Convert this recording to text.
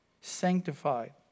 sanctified